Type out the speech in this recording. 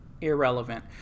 irrelevant